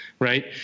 Right